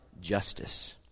justice